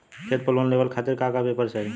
खेत पर लोन लेवल खातिर का का पेपर चाही?